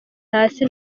hasi